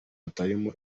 hatarimo